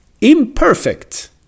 imperfect